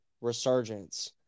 resurgence